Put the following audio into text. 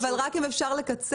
אבל רק אם אפשר לקצר.